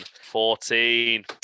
fourteen